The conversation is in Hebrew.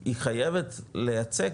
היא חייבת לייצג,